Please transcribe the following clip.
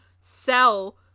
sell